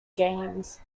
games